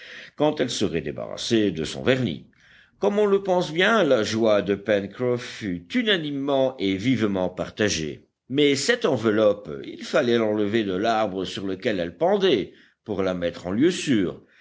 quand elle serait débarrassée de son vernis comme on le pense bien la joie de pencroff fut unanimement et vivement partagée mais cette enveloppe il fallait l'enlever de l'arbre sur lequel elle pendait pour la mettre en lieu sûr